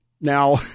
Now